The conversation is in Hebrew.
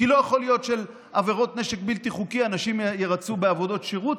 כי לא יכול שעל עבירות נשק בלתי חוקי אנשים ירצו עבודות שירות,